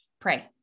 pray